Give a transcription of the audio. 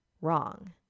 wrong